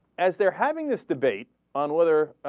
as they're having this debate on whether ah.